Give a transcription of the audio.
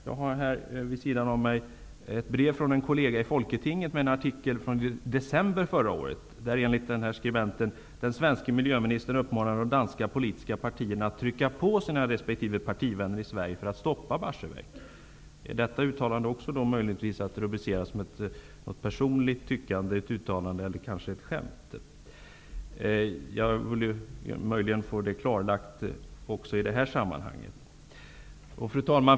Jag har här vid sidan av mig ett brev från en kollega i folketinget med en artikel från december förra året, där enligt skribenten den svenske miljöministern uppmanar de danska politiska partierna att påverka sina resp. partivänner i Sverige för att stoppa Barsebäck. Är detta uttalande möjligtvis också att rubricera som ett personligt tyckande, uttalande eller kanske ett skämt? Jag vill få detta klarlagt i detta sammanhang. Fru talman!